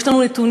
יש לנו נתונים,